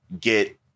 get